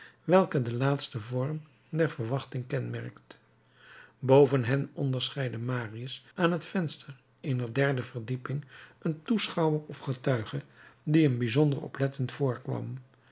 welke den laatsten vorm der verwachting kenmerkt boven hen onderscheidde marius aan het venster eener derde verdieping een toeschouwer of getuige die hem bijzonder oplettend voorkwam